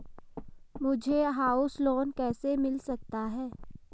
मुझे house loan कैसे मिल सकता है?